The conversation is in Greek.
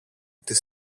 της